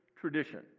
tradition